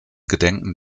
gedenken